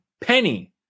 penny